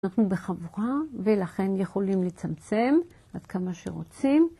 אנחנו בחבורה ולכן יכולים לצמצם עד כמה שרוצים.